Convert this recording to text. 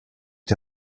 die